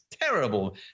Terrible